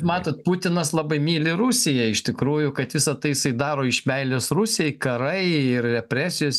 matot putinas labai myli rusiją iš tikrųjų kad visa tai jisai daro iš meilės rusijai karai ir represijos